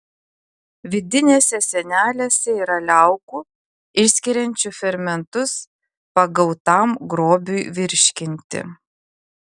vidinėse sienelėse yra liaukų išskiriančių fermentus pagautam grobiui virškinti